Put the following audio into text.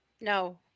No